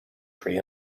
tree